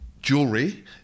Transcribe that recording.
Jewelry